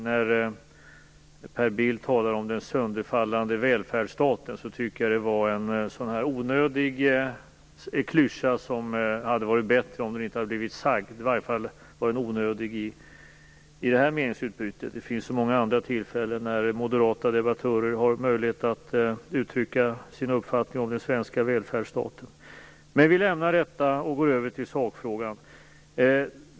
Jag tycker att Per Bill när han talade om en sönderfallande välfärdsstat använde en onödig klyscha. Det hade varit bättre om den inte hade blivit sagd. I varje fall var den onödig i det här meningsutbytet. Det finns så många andra tillfällen när moderata debattörer har möjlighet att uttrycka sin uppfattning om den svenska välfärdsstaten. Men jag vill lämna detta och gå över till sakfrågan.